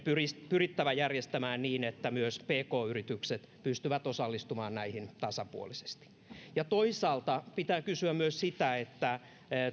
pyrittävä järjestämään niin että myös pk yritykset pystyvät osallistumaan näihin tasapuolisesti toisaalta pitää kysyä myös sitä